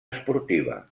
esportiva